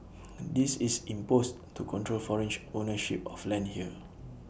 this is imposed to control ownership of land here